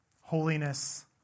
holiness